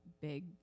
big